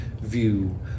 view